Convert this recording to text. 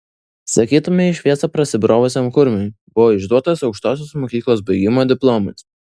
sakytumei į šviesą prasibrovusiam kurmiui buvo išduotas aukštosios mokyklos baigimo diplomas